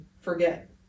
forget